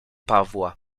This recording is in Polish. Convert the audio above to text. pawła